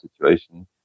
situation